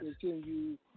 continue